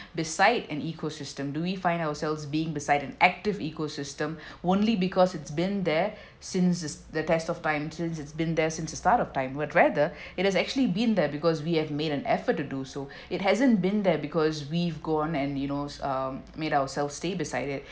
beside an ecosystem do we find ourselves being beside an active ecosystem only because it's been there since it's the test of time since it's been there since the start of time but rather it has actually been there because we have made an effort to do so it hasn't been there because we've gone and you know s~ um made ourselves stay beside it